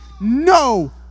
no